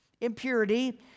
Impurity